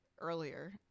earlier